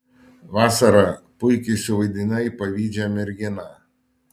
vasara puikiai suvaidinai pavydžią merginą